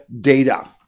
data